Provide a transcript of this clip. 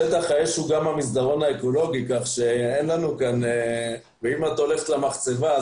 שטח האש הוא גם המסדרון האקולוגי ואם את הולכת למחצבה,